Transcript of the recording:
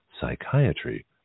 psychiatry